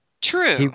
True